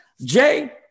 jay